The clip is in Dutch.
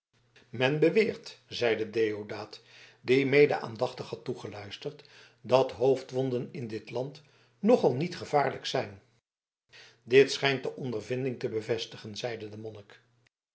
men beweert zeide deodaat die mede aandachtig had toegeluisterd dat hoofdwonden in dit land nogal niet gevaarlijk zijn dit schijnt de ondervinding te bevestigen zeide de